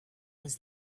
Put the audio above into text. was